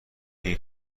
این